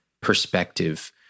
perspective